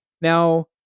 now